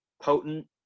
Potent